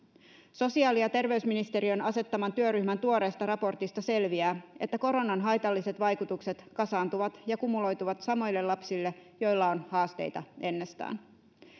sosiaali ja terveysministeriön asettaman työryhmän tuoreesta raportista selviää että koronan haitalliset vaikutukset kasaantuvat ja kumuloituvat samoille lapsille joilla on haasteita ennestään